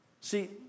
See